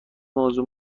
موضوع